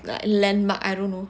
like landmark I don't know